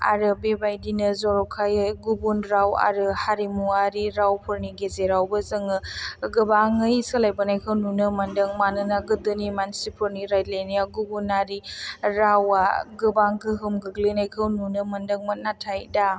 आरो बेबादिनो जर'खायै गुबुन राव आरो हारिमुवारि राव फोरनि गेजेरावबो जोङो गोबाङै सोलायबोनायखौ नुनो मोनदों मानोना गोदोनि मानसिफोरनि रायलायनाया गुबुनारि रावा गोबां गोहोम गोग्लैनायखौ नुनो मोनदोंमोन नाथाय दा